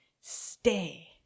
Stay